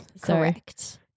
Correct